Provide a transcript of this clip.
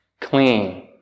Clean